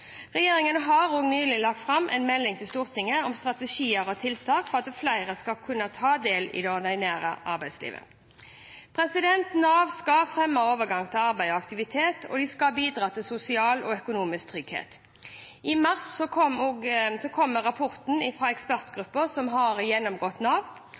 Regjeringen har nylig lagt fram en melding til Stortinget om strategier og tiltak for at flere skal kunne ta del i det ordinære arbeidslivet. Nav skal fremme overgang til arbeid og aktivitet, og de skal bidra til sosial og økonomisk trygghet. I mars kommer rapporten fra ekspertgruppen som har gjennomgått Nav. Deres mandat er å foreslå tiltak som gjør Nav